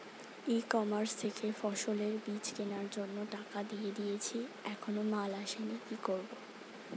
ই commerce থেকে ফসলের বীজ কেনার জন্য টাকা দিয়ে দিয়েছি এখনো মাল আসেনি কি করব?